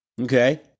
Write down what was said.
Okay